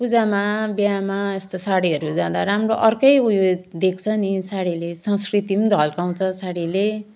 पूजामा बिहामा यस्तो साडीहरू जाँदा राम्रो अर्कै उयो देख्छ नि साडीले संस्कृति नि झल्काउँछ साडीले